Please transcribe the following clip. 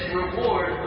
reward